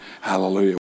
Hallelujah